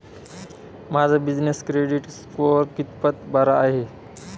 माझा business credit score कितपत बरा आहे?